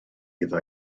iddo